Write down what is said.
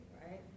right